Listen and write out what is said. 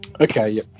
Okay